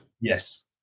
Yes